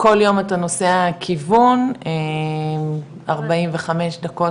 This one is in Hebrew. שכל יום אתה נוסע כיוון 45 דקות.